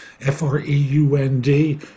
F-R-E-U-N-D